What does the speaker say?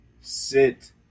Sit